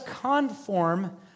conform